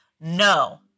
No